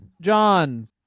john